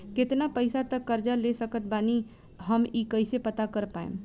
केतना पैसा तक कर्जा ले सकत बानी हम ई कइसे पता कर पाएम?